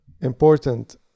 important